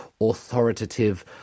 authoritative